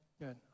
good